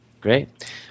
Great